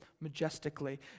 majestically